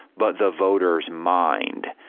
but the voter's mind?